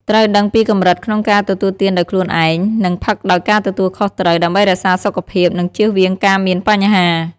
ត្រូវដឹងពីកម្រិតក្នុងការទទួលទានដោយខ្លួនឯង និងផឹកដោយការទទួលខុសត្រូវ ដើម្បីរក្សាសុខភាព និងជៀសវាងការមានបញ្ហា។